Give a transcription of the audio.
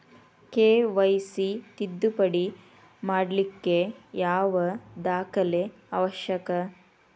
KYC ತಿದ್ದುಪಡಿ ಮಾಡ್ಲಿಕ್ಕೆ ಯಾವ ದಾಖಲೆ ಅವಶ್ಯಕ?